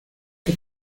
que